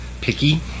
picky